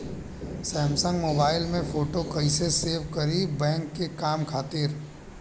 Samsung mobile में photo कैसे save करीं बैंक के काम खातिर?